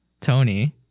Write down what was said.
Tony